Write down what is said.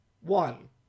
One